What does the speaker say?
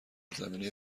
زمینه